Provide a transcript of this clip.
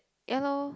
ya lor